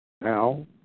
Now